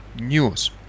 News